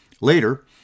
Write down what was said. Later